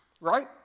right